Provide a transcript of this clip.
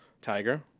Tiger